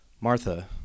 Martha